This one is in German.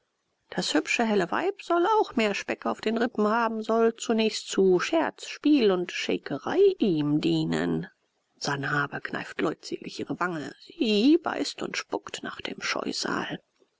das hübsche helle weib soll auch mehr speck auf den rippen haben soll zunächst zu scherz spiel und schäkerei ihm dienen sanhabe kneift leutselig ihre wange sie beißt und spuckt nach dem scheusal